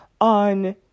on